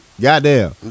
Goddamn